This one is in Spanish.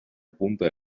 punta